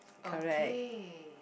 okay